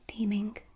theming